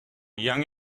young